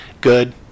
good